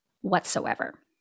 whatsoever